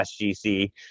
SGC